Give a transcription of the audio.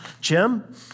Jim